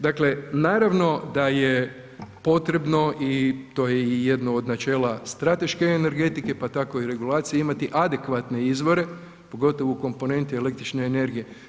Dakle, naravno da je potrebno i to je i jedno od načela strateške energetike, pa tako i regulacije imati adekvatne izvore, pogotovo u komponenti električne energije.